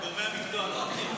גורמי המקצוע.